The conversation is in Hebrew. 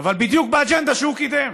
אבל בדיוק באג'נדה שהוא קידם.